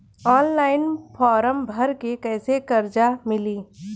Online form भर के कैसे कर्जा मिली?